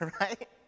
right